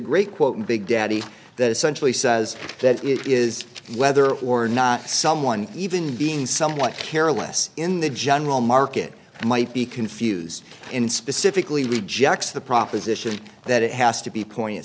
great quote big daddy that essentially says that it is whether or not someone even being somewhat careless in the general market might be confused and specifically rejects the proposition that it has to be point